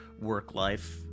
work-life